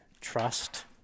trust